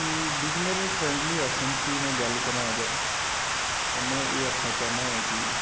beginner friendly आसन सी में गल्ल करांऽ अगर तां में एह् आखना चाह्न्नां ऐ कि